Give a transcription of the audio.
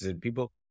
People